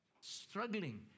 Struggling